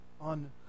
on